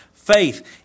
Faith